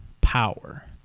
power